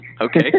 okay